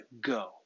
go